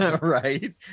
Right